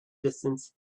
distance